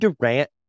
Durant